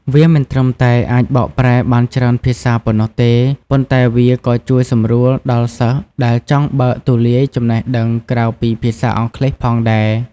វាមិនត្រឹមតែអាចបកប្រែបានច្រើនភាសាប៉ុណ្ណោះទេ ប៉ុន្តែវាក៏ជួយសម្រួលដល់សិស្សដែលចង់បើកទូលាយចំណេះដឹងក្រៅពីភាសាអង់គ្លេសផងដែរ។